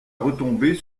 retomber